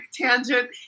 tangent